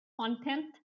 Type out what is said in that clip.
content